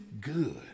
good